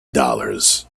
dollars